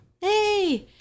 hey